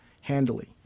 handily